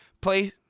play